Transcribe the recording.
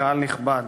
קהל נכבד,